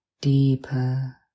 Deeper